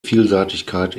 vielseitigkeit